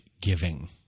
giving